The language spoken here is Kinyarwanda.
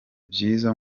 byiza